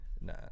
Nah